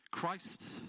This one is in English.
Christ